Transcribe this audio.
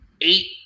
Eight